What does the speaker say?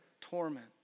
torment